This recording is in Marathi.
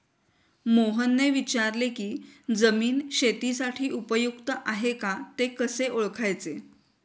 मोहनने विचारले की जमीन शेतीसाठी उपयुक्त आहे का ते कसे ओळखायचे?